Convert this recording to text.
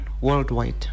worldwide